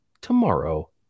tomorrow